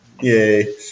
Yay